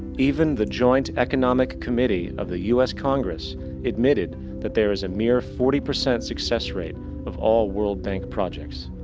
even the joint economic committee of the u s. congress admitted that there is a mere forty percent success rate of all world bank projects.